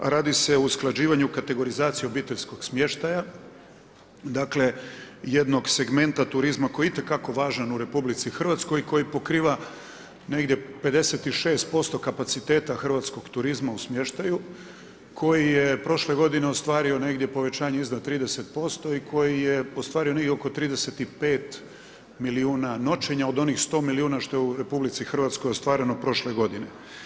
Radi se o usklađivanju kategorizacije obiteljskog smještaja, dakle jednog segmenta turizma koji je itekako važan u RH i koji pokriva negdje 56% kapaciteta Hrvatskog turizma u smještaju koji je prošle godine ostvario negdje povećanje iznad 30% i koji je ostvario negdje oko 35 milijuna noćenja od onih 100 milijuna što je u RH ostvareno prošle godine.